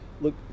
Look